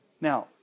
now